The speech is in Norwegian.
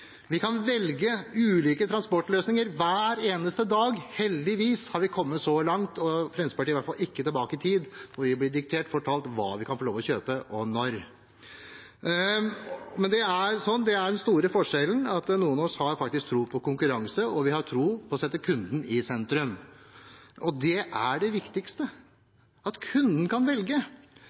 Vi kan velge ulike transportløsninger hver eneste dag. Heldigvis har vi kommet så langt, og Fremskrittspartiet vil i hvert fall ikke tilbake i tid, da vi ble diktert og fortalt hva vi kunne få lov til å kjøpe, og når. Det er den store forskjellen, at noen av oss faktisk har tro på konkurranse og på å sette kunden i sentrum. Det er det viktigste – at kunden kan velge.